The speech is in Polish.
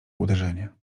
uderzenie